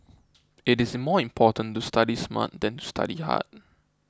it is more important to study smart than to study hard